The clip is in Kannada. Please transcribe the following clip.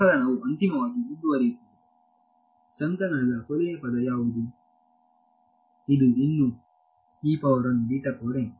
ಸಂಕಲನವು ಅಂತಿಮವಾಗಿ ಮುಂದುವರಿಯುತ್ತದೆ ಸಂಕಲನದ ಕೊನೆಯ ಪದ ಯಾವುದು ಇದು ಇನ್ನೂ ಸರಿ